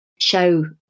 show